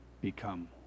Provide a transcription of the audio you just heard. become